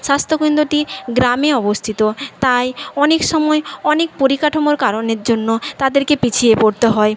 স্বাস্থ্য কেন্দ্রটি গ্রামে অবস্থিত তাই অনেক সময় অনেক পরিকাঠামোর কারণের জন্য তাদেরকে পিছিয়ে পড়তে হয়